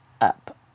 up